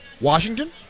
Washington